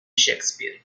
shakespeare